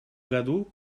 году